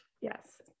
Yes